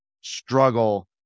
struggle